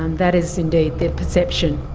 um that is indeed their perception.